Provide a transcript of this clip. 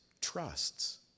trusts